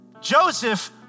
Joseph